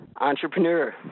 Entrepreneur